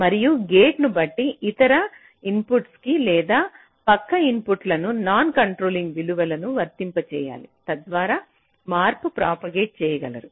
మరియు గేట్ను బట్టి ఇతర ఇన్పుట్లు లేదా పక్క ఇన్పుట్లను నాన్ కంట్రోలింగ్ విలువలను వర్తింపజేయాలి తద్వారా మార్పు ప్రాపగేట్ చేయగలరు